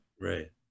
Right